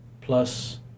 plus